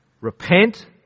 Repent